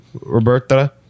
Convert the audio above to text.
Roberta